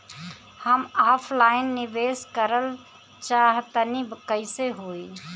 हम ऑफलाइन निवेस करलऽ चाह तनि कइसे होई?